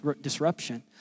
disruption